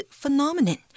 phenomenon